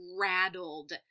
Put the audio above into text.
rattled